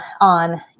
on